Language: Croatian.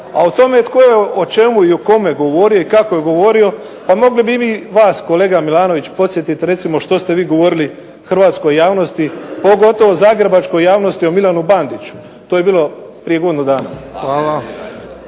A o tome tko je o čemu i o kome govorio i kako je govori, pa mogli bi i mi vas kolega Milanović podsjetiti recimo što se vi govorili hrvatskoj javnosti pogotovo zagrebačkoj javnosti o Milanu Bandiću. To je bilo prije godinu dana.